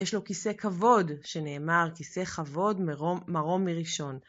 יש לו כיסא כבוד שנאמר כיסא כבוד מרום מראשון.